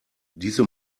diese